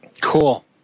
Cool